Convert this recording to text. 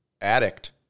addict